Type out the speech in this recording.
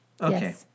Okay